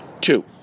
Two